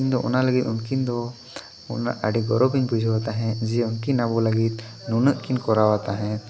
ᱤᱧ ᱫᱚ ᱚᱱᱟ ᱞᱟᱹᱜᱤᱫ ᱩᱱᱠᱤᱱ ᱫᱚ ᱚᱱᱟ ᱟᱹᱰᱤ ᱜᱚᱨᱚᱵᱤᱧ ᱵᱩᱡᱷᱟᱹᱣᱟ ᱛᱟᱦᱮᱫ ᱡᱮ ᱩᱱᱠᱤᱱ ᱟᱵᱚ ᱞᱟᱹᱜᱤᱫ ᱱᱩᱱᱟᱹᱜ ᱠᱤᱱ ᱠᱟᱨᱟᱣᱟ ᱛᱟᱦᱮᱫ